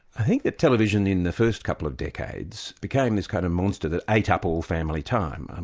i think that television in the first couple of decades became this kind of monster that ate up all family time.